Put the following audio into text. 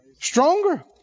Stronger